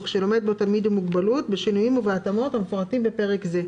שלומד בו תלמיד עם מוגבלות בשינויים ובהתאמות המפורטים בפרק זה."